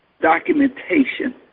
documentation